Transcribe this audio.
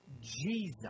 Jesus